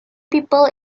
people